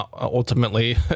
ultimately